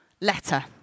letter